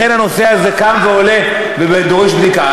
ולכן הנושא הזה קם ועולה ודורש בדיקה.